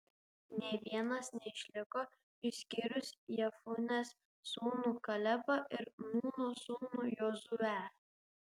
nė vienas neišliko išskyrus jefunės sūnų kalebą ir nūno sūnų jozuę